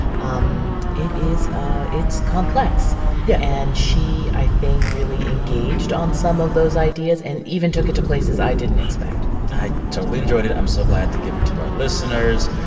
um it is ah it's complex yeah and she, i think, really engaged on some of those ideas and even took it to places i didn't expect i totally enjoyed it. i'm so glad to give it to our listeners.